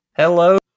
Hello